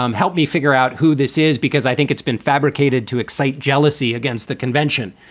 um help me figure out who this is, because i think it's been fabricated to excite jealousy against the convention.